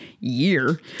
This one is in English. year